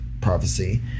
prophecy